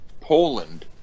Poland